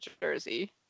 jersey